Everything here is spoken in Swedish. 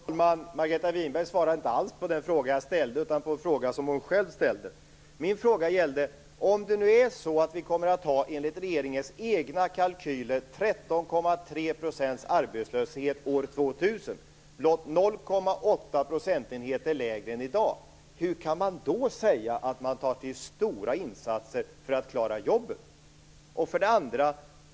Fru talman! Margareta Winberg svarade inte alls på den fråga jag ställde, utan på en fråga hon själv ställde. Min fråga var: Om vi nu enligt regeringens egna kalkyler kommer att ha 13,3 % arbetslöshet år 2000, blott 0,8 procentenheter lägre än i dag, hur kan man då säga att man tar till stora insatser för att klara jobben?